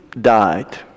died